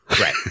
right